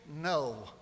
no